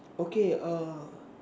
okay err